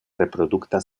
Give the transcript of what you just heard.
reprodukta